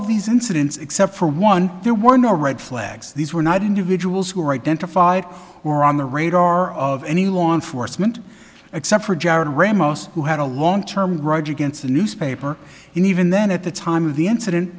of these incidents except for one there were no red flags these were not individuals who were identified or on the radar of any law enforcement except for jared ramos who had a long term raj against the newspaper and even then at the time of the incident